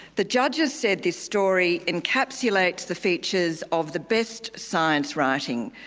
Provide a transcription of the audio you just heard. the judges said this story encapsulates the features of the best science writing.